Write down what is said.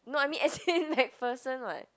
no I mean as in MacPherson [what]